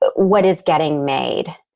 but what is getting made.